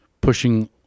pushing